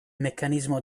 meccanismo